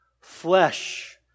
Flesh